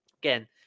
again